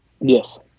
Yes